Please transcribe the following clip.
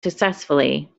successfully